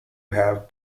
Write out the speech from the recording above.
have